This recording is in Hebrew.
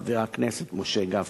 חבר הכנסת משה גפני.